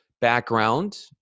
background